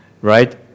Right